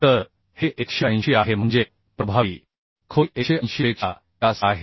तर हे 180 आहे म्हणजे प्रभावी खोली 180 पेक्षा जास्त आहे